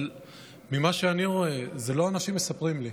אבל ממה שאני רואה, לא אנשים מספרים לי,